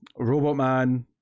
Robotman